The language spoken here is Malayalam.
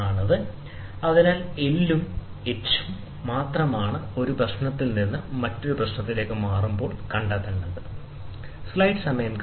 ഈ സൈൻ ബാർ ദൈർഘ്യം പരിഹരിച്ചിരിക്കുന്നു അതിനാൽ ഈ L ഉം ഈ h ഉം മാത്രമാണ് ഒരു പ്രശ്നത്തിൽ നിന്ന് മറ്റൊരു പ്രശ്നത്തിലേക്ക് വരുമ്പോൾ മാറുന്നത്